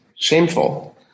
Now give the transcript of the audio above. shameful